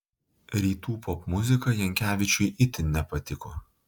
rytų popmuzika jankevičiui itin nepatiko